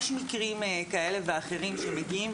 יש מקרים כאלה ואחרים שמגיעים,